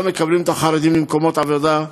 לא מקבלים חרדים למקומות עבודה,